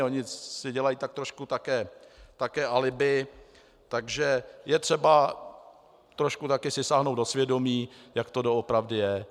Oni si dělají tak trošku také alibi, takže je třeba tak trošku si taky sáhnout do svědomí, jak to doopravdy je.